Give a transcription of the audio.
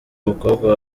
mukobwa